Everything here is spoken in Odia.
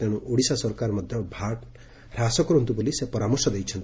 ତେଣୁ ଓଡ଼ିଶା ସରକାର ମଧ୍ଧ ଭାଟ୍ ହ୍ରାସ କରନ୍ତୁ ବୋଲି ସେ ପରାମର୍ଶ ଦେଇଛନ୍ତି